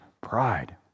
pride